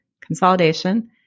consolidation